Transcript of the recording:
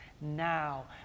now